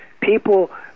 People